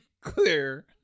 clear